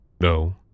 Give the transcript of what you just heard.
No